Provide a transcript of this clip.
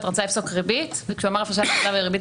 רצה לפסוק ריבית - כשהוא אמר ריבית,